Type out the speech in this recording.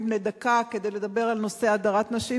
בני הדקה כדי לדבר על נושא הדרת נשים,